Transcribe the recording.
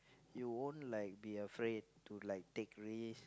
you won't like be afraid to like take risk